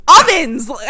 ovens